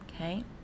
okay